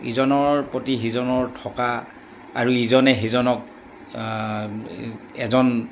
ইজনৰ প্ৰতি সিজনৰ থকা আৰু ইজনে সিজনক এজন